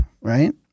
right